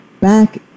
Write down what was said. back